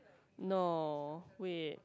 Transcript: no wait